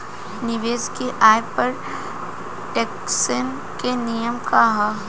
निवेश के आय पर टेक्सेशन के नियम का ह?